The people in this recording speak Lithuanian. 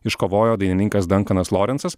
iškovojo dainininkas dankanas lorencas